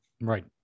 Right